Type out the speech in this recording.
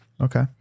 okay